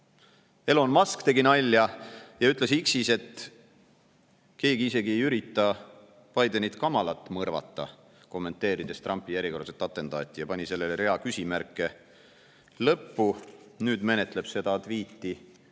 on. Elon Musk tegi nalja ja ütles X-is, et keegi isegi ei ürita Bidenit ja Kamalat mõrvata, kommenteerides Trumpi järjekordset atentaati, ja pani sellele rea küsimärke lõppu. Nüüd menetleb seda tviiti,